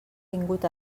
vingut